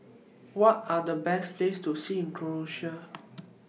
What Are The Best Place to See in Croatia